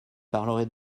parlerai